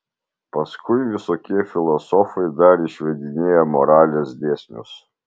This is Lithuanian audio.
paskui visokie filosofai dar išvedinėja moralės dėsnius